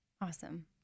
Awesome